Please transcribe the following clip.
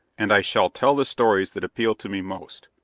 and i shall tell the stories that appeal to me most.